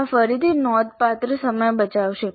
આ ફરીથી નોંધપાત્ર સમય બચાવશે